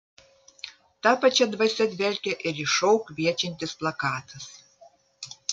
ta pačia dvasia dvelkia ir į šou kviečiantis plakatas